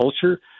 culture